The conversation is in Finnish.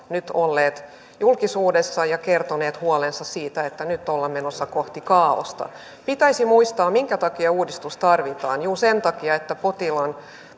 nyt olleet julkisuudessa ja kertoneet huolensa siitä että nyt ollaan menossa kohti kaaosta pitäisi muistaa minkä takia uudistus tarvitaan sen takia että potilaan